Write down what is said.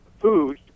food